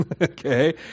okay